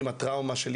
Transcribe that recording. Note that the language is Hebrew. הטראומה שהם עוברים,